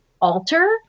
alter